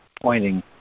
pointing